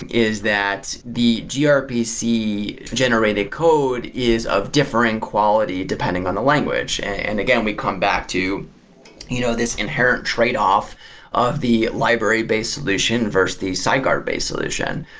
is that the grpc generated code is of differing quality depending on the language. and again, we come back to you know this inherent tradeoff of the library-based solution versus the sidecar-based solution.